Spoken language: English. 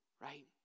right